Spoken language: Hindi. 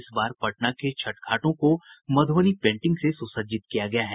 इस बार पटना के छठ घाटों को मधुबनी पेंटिंग से सुसज्जित किया गया है